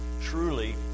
truly